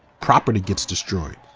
property gets destroyed.